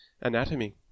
anatomy